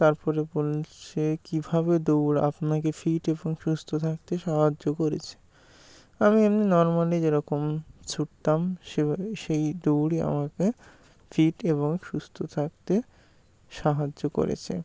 তারপরে বল সে কীভাবে দৌড় আপনাকে ফিট এবং সুস্থ থাকতে সাহায্য করেছে আমি এমনি নর্মালি যেরকম ছুটতাম সেভাবে সেই দৌড়ই আমাকে ফিট এবং সুস্থ থাকতে সাহায্য করেছে